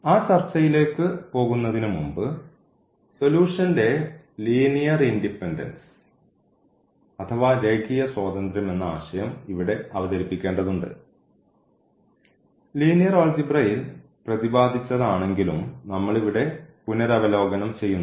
ആ ചർച്ചയിലേക്ക് പോകുന്നതിനുമുമ്പ് സൊലൂഷൻറെ ലീനിയർ ഇൻഡിപെൻഡൻസ് അഥവാ രേഖീയ സ്വാതന്ത്ര്യം എന്ന ആശയം ഇവിടെ അവതരിപ്പിക്കേണ്ടതുണ്ട് ലീനിയർ ആൾജിബ്രയിൽ പ്രതിപാദിച്ചത് ആണെങ്കിലും നമ്മളിവിടെ പുനരവലോകനം ചെയ്യുന്നു